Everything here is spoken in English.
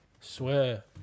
Swear